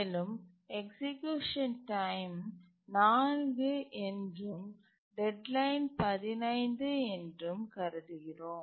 மேலும் execution time ம் 4 என்றும் டெட்லைன் 15 என்றும் கருதுகிறோம்